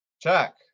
Check